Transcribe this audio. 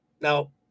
Now